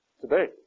today